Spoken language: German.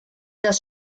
das